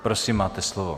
Prosím, máte slovo.